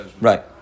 Right